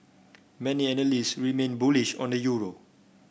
many remain bullish on the euro